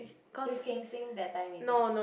you can sing that time is it